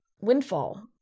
windfall